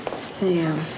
Sam